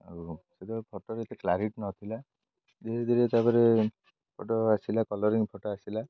ଆଉ ସେତେବେଳେ ଫଟୋର ଏତେ କ୍ଲାରିଟି ନଥିଲା ଧୀରେ ଧୀରେ ତାପରେ ଫଟୋ ଆସିଲା କଲରିଂ ଫଟୋ ଆସିଲା